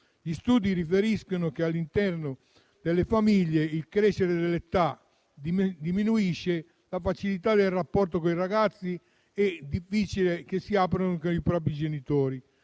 Gli studi riferiscono che all'interno delle famiglie con il crescere dell'età diminuisce la facilità di avere un rapporto coi ragazzi, che difficilmente si aprono con i propri genitori.